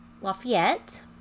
Lafayette